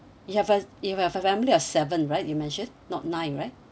you have a you have a family of seven right you mentioned not nine right